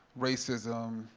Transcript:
racism,